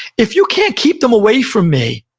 if you can't keep them away from me,